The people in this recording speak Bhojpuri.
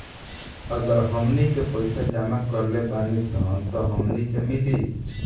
अगर हमनी के पइसा जमा करले बानी सन तब हमनी के मिली